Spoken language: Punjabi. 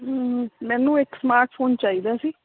ਮੈਨੂੰ ਇੱਕ ਸਮਾਰਟ ਫੋਨ ਚਾਹੀਦਾ ਸੀ